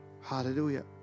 Hallelujah